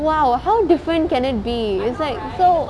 !wow! how different can it be it's like so